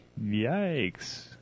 Yikes